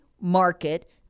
market